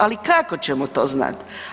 Ali, kako ćemo to znati?